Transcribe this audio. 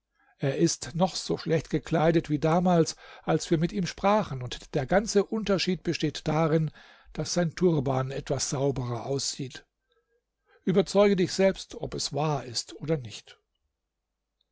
er ist noch so schlecht gekleidet wie damals als wir mit ihm sprachen und der ganze unterschied besteht darin daß sein turban etwas sauberer aussieht überzeuge dich selbst ob es wahr ist oder nicht